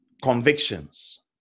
convictions